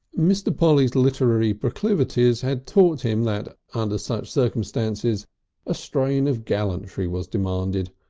mr. polly's literary proclivities had taught him that under such circumstances a strain of gallantry was demanded.